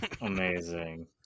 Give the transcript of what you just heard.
Amazing